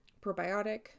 probiotic